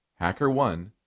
HackerOne